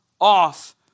off